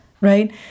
right